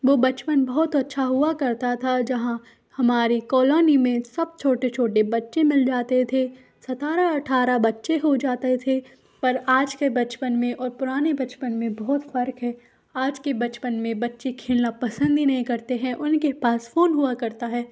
वो बचपन बहुत अच्छा हुआ करता था जहाँ हमारी कॉलोनी में सब छोटे छोटे बच्चे मिल जाते थे सत्रह अठरह बच्चे हो जाते थे पर आज के बचपन में और पुराने बचपन में बहुत फ़र्क है आज के बचपन में बच्चे खेलना पसंद ही नहीं करते हैं उनके पास फ़ोन हुआ करता है